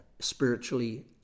spiritually